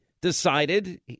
decided